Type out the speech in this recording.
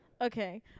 Okay